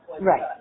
Right